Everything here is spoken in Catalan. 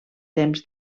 temps